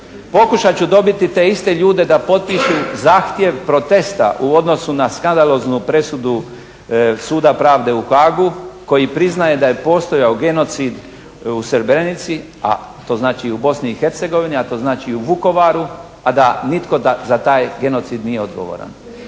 Pokušat ću dobiti te iste ljude da potpišu zahtjev protesta u odnosu na skandaloznu presudu Suda pravde u Haagu koji priznaje da je postojao genocid u Srebrenici, a to znači u Bosni i Hercegovini, a to znači i u Vukovaru, a da nitko da za taj genocid nije odgovoran.